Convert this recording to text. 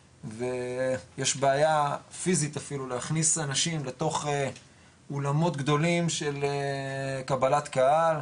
ויש בעיה פיזית אפילו להכניס אנשים לתוך אולמות גדולים של קבלת קהל,